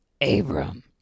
Abram